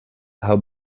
how